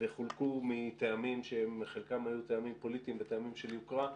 וחולקו מטעמים שחלקם היו טעמים פוליטיים וטעמים של יוקרה,